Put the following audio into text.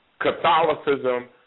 Catholicism